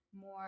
more